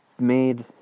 made